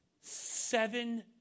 seven